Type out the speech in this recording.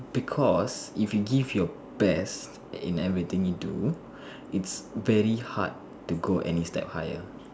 because if you give your best in everything you do it's very hard to go any step higher